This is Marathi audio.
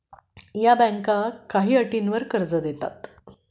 या बँका काही अटींवर कर्ज देतात